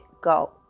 Go